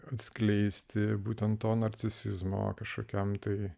atskleisti būtent to narcisizmo kažkokiam tai